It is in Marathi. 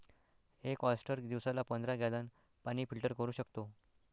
एक ऑयस्टर दिवसाला पंधरा गॅलन पाणी फिल्टर करू शकतो